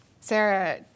Sarah